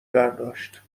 برداشت